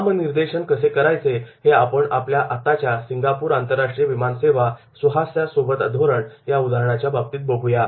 नामनिर्देशन कसे करायचे हे आपण आपल्या आताच्या 'सिंगापूर आंतरराष्ट्रीय विमान सेवा सुहास्यासोबत धोरण' या उदाहरणाच्या बाबतीत बघूया